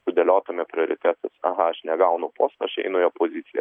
sudėliotume prioritetus aha aš negaunu posto aš einu į opoziciją